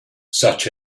such